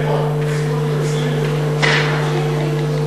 זכות יוצרים לפואד.